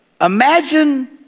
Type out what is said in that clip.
imagine